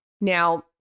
Now